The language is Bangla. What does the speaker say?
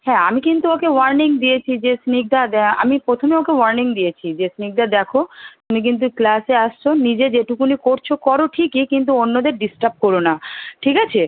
হ্যাঁ আমি কিন্তু ওকে ওর্য়ানিং দিয়েছি যে স্নিগ্ধা আমি প্রথমে ওকে ওর্য়ানিং দিয়েছি যে স্নিগ্ধা দেখো তুমি কিন্তু ক্লাসে আসছো নিজের যে টুকুনি করছো করো ঠিকই কিন্তু অন্যদের ডিসটার্ব কোরো না ঠিক আছে